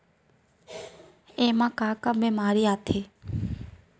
एमा का का बेमारी आथे?